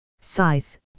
Size